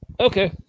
Okay